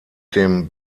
dem